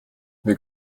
wir